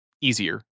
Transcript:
easier